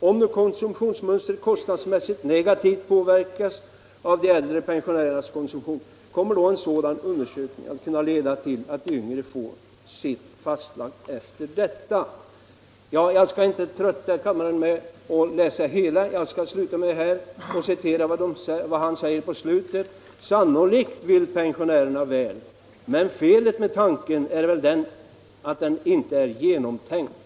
Om nu konsumtionsmönstret kostnadsmässigt negativt påverkas av de äldre pensionärernas konsumtionsbehov, kommer då en sådan undersökning att kunna leda till att de yngre får sitt fastlagt efter detta?” Jag skall inte trötta kammaren med att läsa allt detta, men jag slutar med att citera vad han säger på slutet: ”Sannolikt vill motionärerna väl, men felet med tanken är väl att den inte är genomtänkt.